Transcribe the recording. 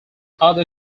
other